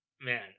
man